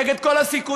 נגד כל הסיכויים,